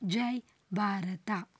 Jai Bharat